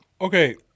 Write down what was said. Okay